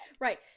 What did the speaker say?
Right